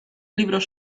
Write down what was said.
libros